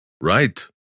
Right